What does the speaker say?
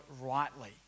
rightly